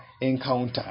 encounter